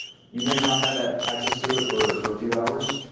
you may not have had access to it for for a few hours.